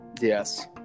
Yes